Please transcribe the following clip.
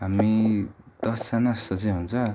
हामी दसजना जस्तो चाहिँ हुन्छ